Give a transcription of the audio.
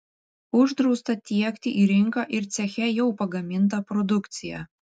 uždrausta tiekti į rinką ir ceche jau pagamintą produkciją